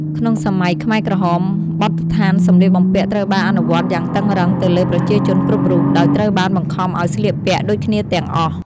ក្នុងសម័យខ្មែរក្រហម បទដ្ឋានសម្លៀកបំពាក់ត្រូវបានអនុវត្តយ៉ាងតឹងរ៉ឹងទៅលើប្រជាជនគ្រប់រូប ដោយត្រូវបានបង្ខំឲ្យស្លៀកពាក់ដូចគ្នាទាំងអស់។